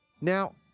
Now